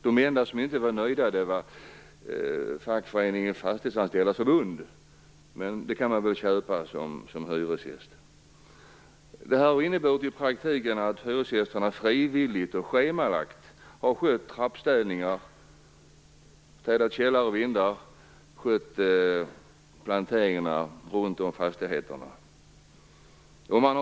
De enda som inte var nöjda var fackföreningen Fastighetsanställdas förbund. Men det kan man väl köpa som hyresgäst. Det har i praktiken inneburit att hyresgästerna frivilligt och schemalagt har skött trappstädning, städat källare och vindar och skött planteringarna runt fastigheterna.